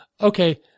okay